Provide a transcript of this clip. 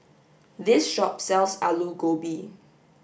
this shop sells Alu Gobi